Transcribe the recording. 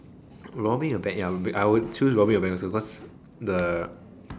robbing a bank ya I would choose robbing a bank also cause the